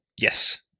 yes